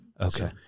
Okay